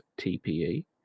TPE